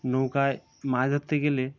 নৌকায় মাছ ধরতে গেলে